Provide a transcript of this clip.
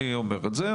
אני אומר את זה,